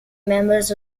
members